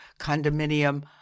condominium